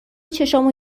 چشامو